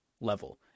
level